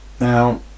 Now